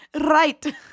Right